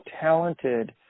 talented